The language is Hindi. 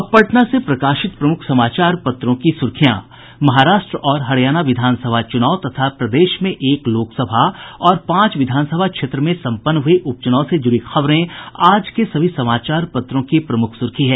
अब पटना से प्रकाशित प्रमुख समाचार पत्रों की सुर्खियां महाराष्ट्र और हरियाणा विधानसभा चुनाव तथा प्रदेश में एक लोकसभा और पांच विधानसभा क्षेत्र में सम्पन्न हुए उपचुनाव से जुड़ी खबरें आज के सभी समाचार पत्रों की प्रमुख सुर्खी है